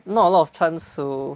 not a lot of chance to